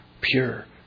pure